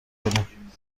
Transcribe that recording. کنیم